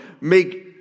make